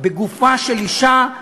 בגופה של אישה,